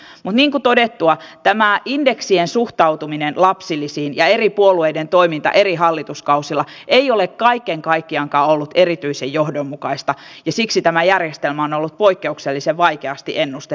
mutta niin kuin todettua tämä indeksien suhtautuminen lapsilisiin ja eri puolueiden toiminta eri hallituskausilla ei ole kaiken kaikkiaankaan ollut erityisen johdonmukaista ja siksi tämä järjestelmä on ollut poikkeuksellisen vaikeasti ennustettava